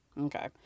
Okay